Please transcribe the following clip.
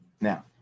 Now